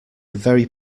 very